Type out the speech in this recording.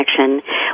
connection